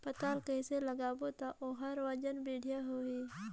पातल कइसे लगाबो ता ओहार वजन बेडिया आही?